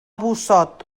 busot